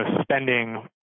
spending